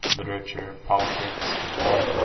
literature, politics, the war?